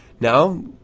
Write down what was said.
Now